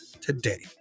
today